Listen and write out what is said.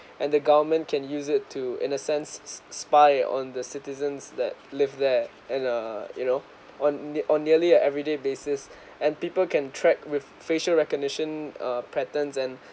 and the government can use it to in a sense s~ spy on the citizens that live there and err you know on the on nearly a everyday places and people can track with facial recognition uh patterns and